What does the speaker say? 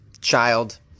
child